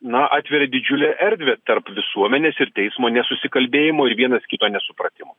na atveria didžiulę erdvę tarp visuomenės ir teismo nesusikalbėjimo ir vienas kito nesupratimo